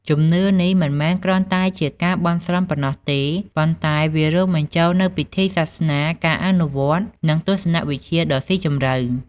ជំនឿនេះមិនមែនគ្រាន់តែជាការបន់ស្រន់ប៉ុណ្ណោះទេ ប៉ុន្តែវារួមបញ្ចូលនូវពិធីសាសនា ការអនុវត្តន៍ និងទស្សនៈវិជ្ជាដ៏ស៊ីជម្រៅ។